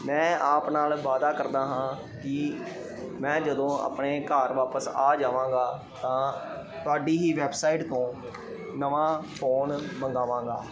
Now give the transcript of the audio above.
ਮੈਂ ਆਪ ਨਾਲ ਵਾਅਦਾ ਕਰਦਾ ਹਾਂ ਕਿ ਮੈਂ ਜਦੋਂ ਆਪਣੇ ਘਰ ਵਾਪਸ ਆ ਜਾਵਾਂਗਾ ਤਾਂ ਤੁਹਾਡੀ ਹੀ ਵੈੱਬਸਾਈਟ ਤੋਂ ਨਵਾਂ ਫੋਨ ਮੰਗਾਵਾਂਗਾ